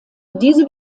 diese